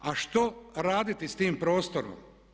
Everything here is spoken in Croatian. A što raditi s tim prostorom?